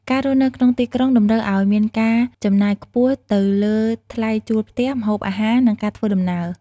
ការរស់នៅក្នុងទីក្រុងតម្រូវឱ្យមានការចំណាយខ្ពស់ទៅលើថ្លៃជួលផ្ទះ ម្ហូបអាហារ និងការធ្វើដំណើរ។